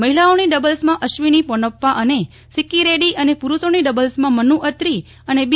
મહિલાઓની ડબલ્સમાં અશ્વિની પોનપ્પા અને સીક્કી રેડ્રી અને પૂરૂષોની ડબલ્સમાં મનુ અત્રી અને બી